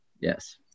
Yes